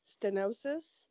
stenosis